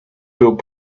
built